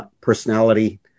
personality